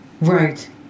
Right